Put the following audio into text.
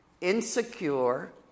insecure